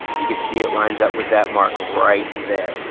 you can see it lines up with that mark right there.